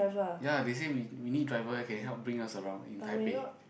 ya they say we we need driver can help bring us around in Taipei